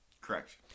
Correct